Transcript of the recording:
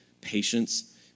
patience